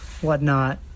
whatnot